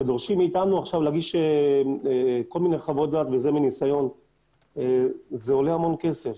דורשים מאתנו להגיש כל מיני חוות דעת וזה עולה המון כסף,